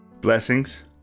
Blessings